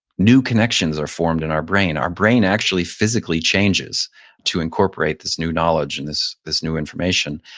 new connections are formed in our brain. our brain actually physically changes to incorporate this new knowledge and this this new information.